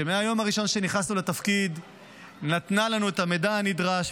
שמהיום הראשון שנכנסנו לתפקיד נתנה לנו את המידע הנדרש,